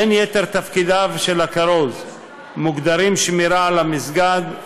בין יתר תפקידיו של הכרוז: שמירה על המסגד,